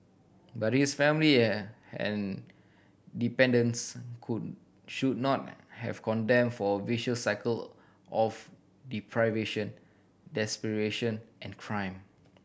but his family and dependants could should not have condemned for a vicious cycle of deprivation desperation and crime